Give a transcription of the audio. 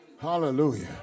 Hallelujah